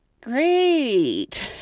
Great